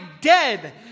dead